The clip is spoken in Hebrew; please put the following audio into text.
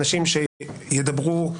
כי עכשיו עמיר מדבר ואתה לא ברשות דיבור.